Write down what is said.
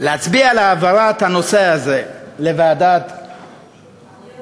להצביע על העברת הנושא הזה לוועדת העבודה,